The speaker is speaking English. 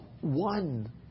one